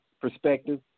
perspective